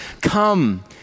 come